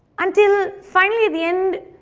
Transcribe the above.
until finally at the end,